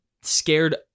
scared